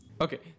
Okay